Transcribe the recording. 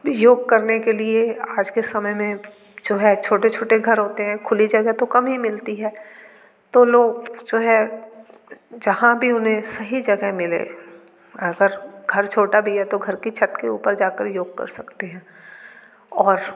योग करने के लिए आज के समय में जो है छोटे छोटे घर होते हैं खुली जगह तो कम ही मिलती है तो लोग जो है जहाँ भी उन्हें सही जगह मिले अगर घर छोटा भी है तो घर की छत के ऊपर जाकर योग कर सकते हैं और